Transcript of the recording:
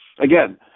again